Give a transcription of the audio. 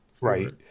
Right